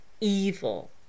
evil